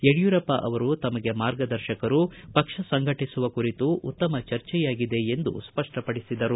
ಯಡಿಯೂರಪ್ಪ ಅವರು ತಮಗೆ ಮಾರ್ಗದರ್ಶಕರು ಪಕ್ಷ ಸಂಘಟಿಸುವ ಕುರಿತು ಉತ್ತಮ ಚರ್ಚೆಯಾಗಿದೆ ಎಂದು ಸ್ಪಪ್ಪಪಡಿಸಿದರು